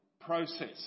process